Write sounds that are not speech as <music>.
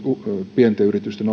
pienten yritysten <unintelligible>